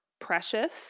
precious